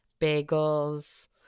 bagels